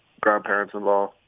grandparents-in-law